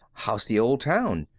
how's the old town?